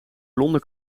blonde